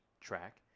track